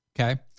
Okay